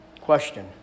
question